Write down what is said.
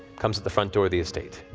comes at the front door of the estate.